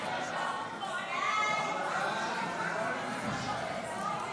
לוועדת הכלכלה נתקבלה.